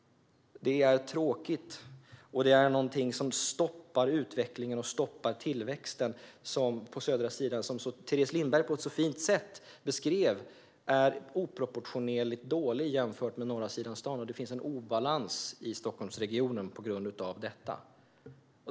Det är tråkigt. Det är någonting som stoppar utvecklingen och tillväxten på södra sidan som Teres Lindberg på ett så fint sätt beskrev som oproportionerligt dålig jämfört med på norra sidan av staden. Det finns en obalans i Stockholmsregionen på grund av detta.